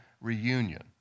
reunion